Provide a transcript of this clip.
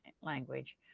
language